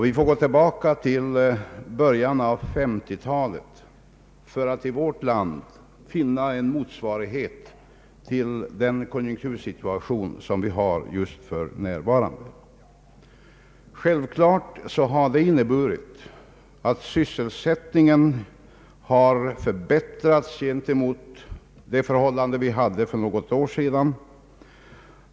Vi får gå tillbaka till början av 1950-talet för att i vårt land finna en motsvarighet till den konjunktursituation som vi har just nu. Självklart har det inneburit att sysselsättningen förbättrats gentemot det förhållande vi hade för något år sedan.